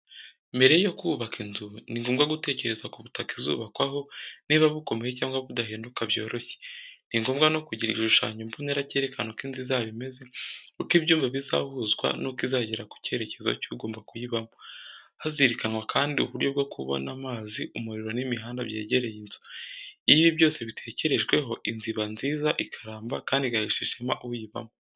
Mbere yo kubaka inzu, ni ngombwa gutekereza ku butaka izubakwaho, niba bukomeye cyangwa budahinduka byoroshye. Ni ngombwa no kugira igishushanyo mbonera cyerekana uko inzu izaba imeze, uko ibyumba bizahuzwa n’uko izagera ku cyerekezo cy’ugomba kuyibamo. Hazirikanwa kandi uburyo bwo kubona amazi, umuriro n’imihanda byegereye inzu. Iyo ibi byose bitekerejweho, inzu iba nziza, ikaramba kandi igahesha ishema uyibamo.